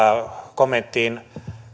kommenttiin